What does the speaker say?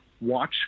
Watch